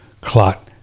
clot